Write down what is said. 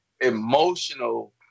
emotional